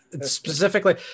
Specifically